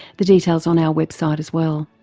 the details on our website as well.